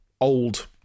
old